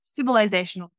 civilizational